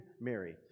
Mary